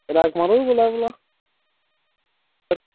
होर बोल्ला दियां